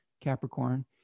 Capricorn